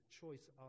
choice